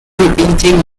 repeating